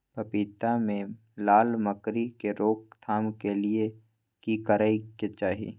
पपीता मे लाल मकरी के रोक थाम के लिये की करै के चाही?